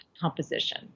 composition